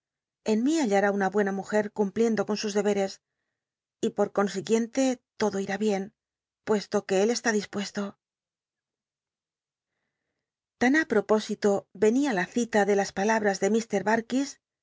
en mi hallará una buena mujer cumpliendo con sus deberes y jloi consiguien te todo irti bien puesto que él csti disprtesto tan ü ptopósito venia la cita de las palabtas de